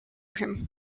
him